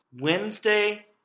Wednesday